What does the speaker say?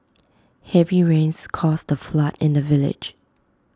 heavy rains caused A flood in the village